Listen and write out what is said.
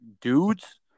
dudes